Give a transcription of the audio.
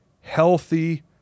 healthy